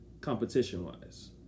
Competition-wise